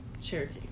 Cherokee